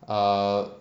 err